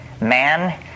Man